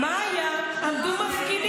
מה היה בהתחלה?